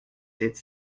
sept